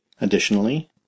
Additionally